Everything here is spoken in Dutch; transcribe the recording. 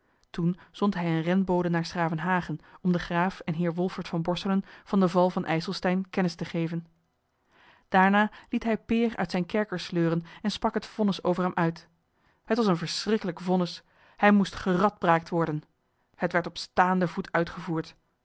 toen zond hij een renbode naar s gravenhage om den graaf en heer wolfert van borselen van den val van ijselstein kennis te geven daarna liet hij peer uit zijn kerker sleuren en sprak het vonnis over hem uit t was een verschrikkelijk vonnis hij moest geradbraakt worden het werd op staanden voet uitgevoerd